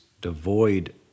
devoid